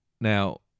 Now